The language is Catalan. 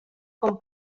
com